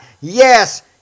Yes